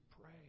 pray